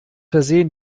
versehen